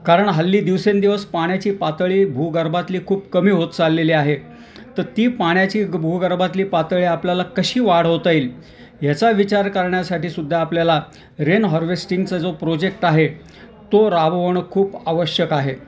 कारण हल्ली दिवसेंदिवस पाण्याची पातळी भूगर्भातली खूप कमी होत चाललेली आहे तर ती पाण्याची ग भूगर्भातली पातळी आपल्याला कशी वाढवता येईल याचा विचार करण्यासाठीसुद्धा आपल्याला रेन हॉर्वेस्टिंगचा जो प्रोजेक्ट आहे तो राबवणं खूप आवश्यक आहे